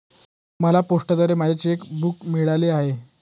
मला पोस्टाद्वारे माझे चेक बूक मिळाले आहे